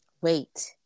Wait